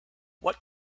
what